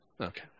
Okay